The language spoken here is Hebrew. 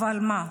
אבל מה?